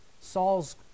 Saul's